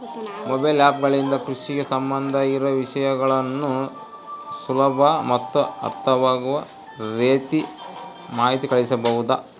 Mobile app ಗಳಿಂದ ಕೃಷಿಗೆ ಸಂಬಂಧ ಇರೊ ವಿಷಯಗಳನ್ನು ಸುಲಭ ಮತ್ತು ಅರ್ಥವಾಗುವ ರೇತಿ ಮಾಹಿತಿ ಕಳಿಸಬಹುದಾ?